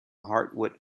hardwood